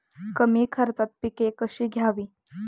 कमी खर्चात पिके कशी घ्यावी?